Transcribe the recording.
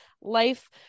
life